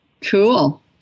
Cool